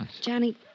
Johnny